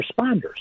responders